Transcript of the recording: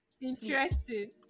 Interesting